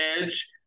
edge